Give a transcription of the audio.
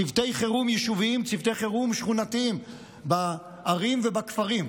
צוותי חירום יישוביים וצוותי חירום שכונתיים בערים ובכפרים,